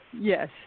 Yes